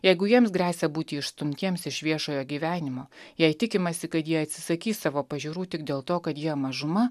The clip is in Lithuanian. jeigu jiems gresia būti išstumtiems iš viešojo gyvenimo jei tikimasi kad jie atsisakys savo pažiūrų tik dėl to kad jie mažuma